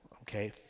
okay